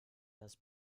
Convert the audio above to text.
das